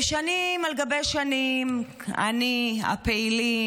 ושנים על גבי שנים אני והפעילים,